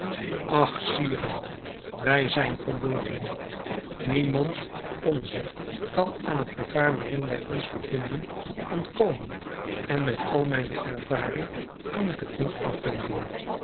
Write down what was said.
ach sire wij zijn verloren niemand onzer kan aan het gevaar waarin wij ons bevinden ontkomen en met al mijne ervaring kan ik het niet afwenden